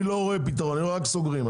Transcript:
אני רואה רק סוגרים.